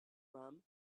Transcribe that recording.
from